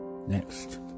Next